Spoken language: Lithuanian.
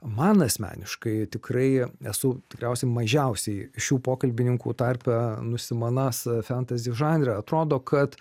man asmeniškai tikrai esu tikriausiai mažiausiai šių pokalbininkų tarpe nusimanąs fentezi žanre atrodo kad